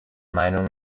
meinung